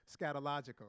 scatological